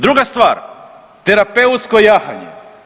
Druga stvar, terapeutsko jahanje.